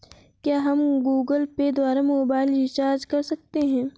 क्या हम Google Pay द्वारा मोबाइल रिचार्ज कर सकते हैं?